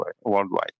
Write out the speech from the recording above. worldwide